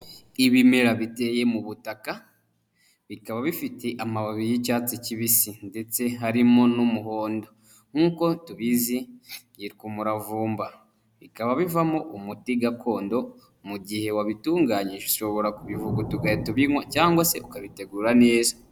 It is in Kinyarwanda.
Ibimera biteye mu butaka bikaba bifite amababi y'icyatsi kibisi ndetse harimo n'umuhondo nk'uko tubizi yitwa umuravumba, bikaba bivamo umuti gakondo mu gihe wabitunganyije ushobora kubivuguta ugahita ubinywa cyangwa se ukabitegura neza.